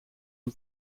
een